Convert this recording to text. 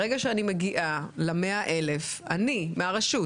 ברגע שאני מגיעה ל-100,000 אני מהרשות,